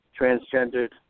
transgendered